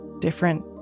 different